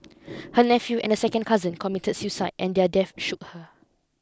her nephew and a second cousin committed suicide and their death shook her